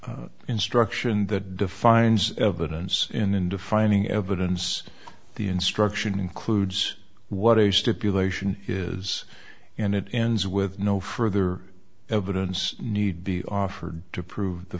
instruction that defines evidence and then defining evidence the instruction includes what a stipulation is and it ends with no further evidence need be offered to prove the